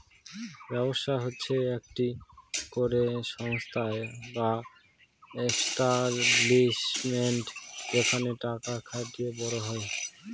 ব্যবসা হচ্ছে একটি করে সংস্থা বা এস্টাব্লিশমেন্ট যেখানে টাকা খাটিয়ে বড় হয়